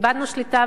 איבדנו שליטה,